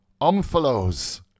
omphalos